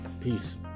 Peace